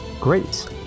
great